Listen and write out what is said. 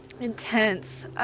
intense